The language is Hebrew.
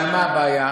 אבל מה הבעיה?